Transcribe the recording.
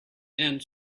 and